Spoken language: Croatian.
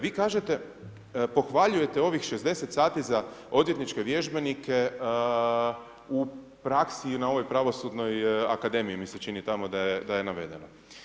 Vi kažete, pohvaljujete ovih 60 sati za odvjetničke vježbenike u praksi i na ovoj Pravosudnoj akademiji mi se čini tamo da je navedeno.